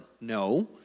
No